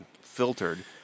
filtered